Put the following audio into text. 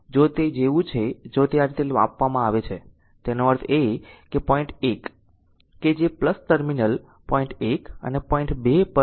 જો તે જેવું છે જો તે આ રીતે આપવામાં આવે છે તેનો અર્થ એ કે પોઈન્ટ 1 કે જે ટર્મિનલ પોઈન્ટ 1 અને પોઈન્ટ 2 પર 10 વોલ્ટ છે